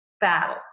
battle